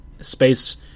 space